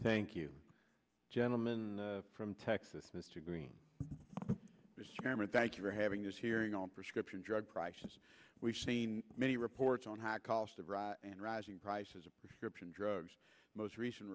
thank you gentleman from texas mr green chairman thank you for having this hearing on prescription drug prices we've seen many reports on high cost of and rising prices a prescription drug most recent